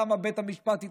למה בית המשפט התעקש,